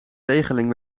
regeling